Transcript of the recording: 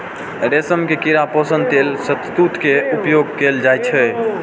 रेशम के कीड़ा के पोषण लेल शहतूत के उपयोग कैल जाइ छै